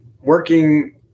Working